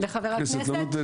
לחבר הכנסת.